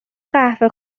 قهوه